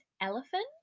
elephant